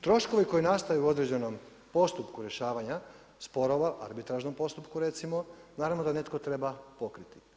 Troškovi koji nastaju u određenom postupku rješavanja sporova, arbitražnom postupku recimo, naravno da netko treba pokriti.